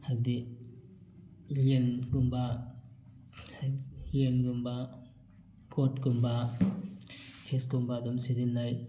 ꯍꯥꯏꯕꯗꯤ ꯌꯦꯟꯒꯨꯝꯕ ꯌꯦꯟꯒꯨꯝꯕ ꯒꯣꯠꯀꯨꯝꯕ ꯐꯤꯁꯀꯨꯝꯕ ꯑꯗꯨꯝ ꯁꯤꯖꯤꯟꯅꯩ